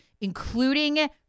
including